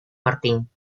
martín